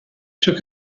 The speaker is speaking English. took